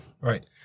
Right